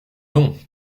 non